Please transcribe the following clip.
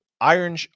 Iron